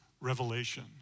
revelation